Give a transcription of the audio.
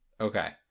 Okay